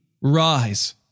rise